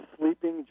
sleeping